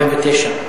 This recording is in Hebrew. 2009,